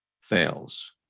fails